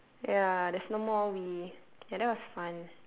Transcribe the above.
ya there's no more wii ya that was fun